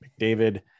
McDavid